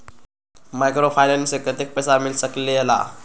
Microfinance से कतेक पैसा मिल सकले ला?